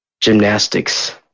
gymnastics